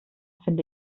finde